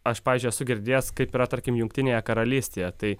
aš pavyzdžiui esu girdėjęs kaip yra tarkim jungtinėje karalystėje tai